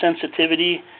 sensitivity